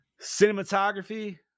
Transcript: Cinematography